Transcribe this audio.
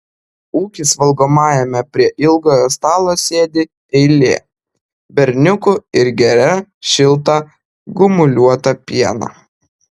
ūkis valgomajame prie ilgojo stalo sėdi eilė berniukų ir geria šiltą gumuliuotą pieną